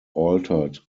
altered